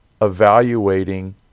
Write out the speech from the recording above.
evaluating